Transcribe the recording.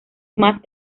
más